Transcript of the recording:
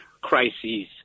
crises